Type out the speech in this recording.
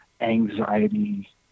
anxiety